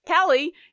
Callie